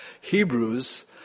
Hebrews